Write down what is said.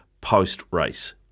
post-race